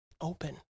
open